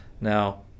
Now